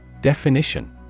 Definition